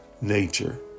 nature